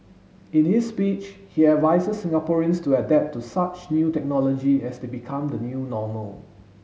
in his speech he advises Singaporeans to adapt to such new technology as they become the new normal